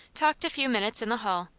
talked a few minutes in the hall,